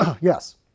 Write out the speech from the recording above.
Yes